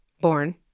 born